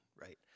right